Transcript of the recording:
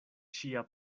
ŝia